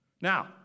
Now